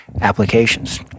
applications